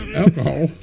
alcohol